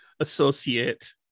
associate